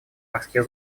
морских